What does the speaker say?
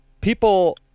people